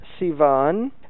Sivan